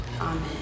Amen